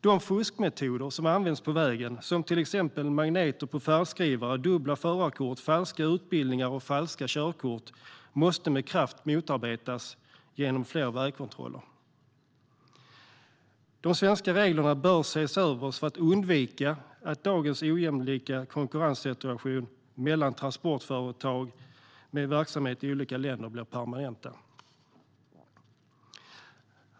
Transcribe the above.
De fuskmetoder som används på vägen, som magneter på färdskrivare, dubbla förarkort, falska utbildningar och falska körkort, måste med kraft motarbetas genom fler vägkontroller. De svenska reglerna bör ses över för att man ska undvika att dagens ojämlika konkurrenssituation mellan transportföretag med verksamhet i olika länder blir permanent.